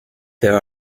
there